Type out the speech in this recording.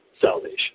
salvation